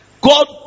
God